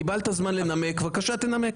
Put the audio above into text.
קיבלת זמן לנמק, בבקשה תנמק.